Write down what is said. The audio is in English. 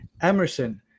Emerson